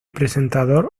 presentador